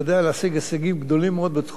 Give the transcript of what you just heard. "כיפת ברזל" היא רק בזכותך.